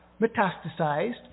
metastasized